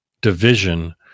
division